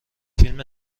فیلم